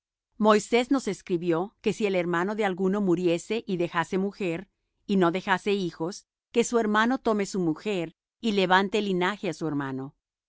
moisés nos escribió que si el hermano de alguno muriese y dejase mujer y no dejase hijos que su hermano tome su mujer y levante linaje á su hermano